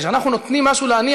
כשאנחנו נותנים משהו לעני,